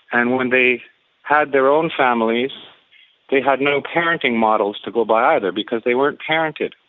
and when they had their own families they had no parenting models to go by either, because they weren't parented.